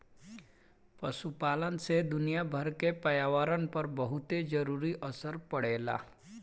पशुपालन से दुनियाभर के पर्यावरण पर बहुते जरूरी असर पड़ेला